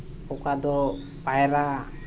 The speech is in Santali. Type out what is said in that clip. ᱚᱠᱟ ᱫᱚ ᱯᱟᱭᱨᱟᱜ